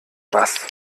was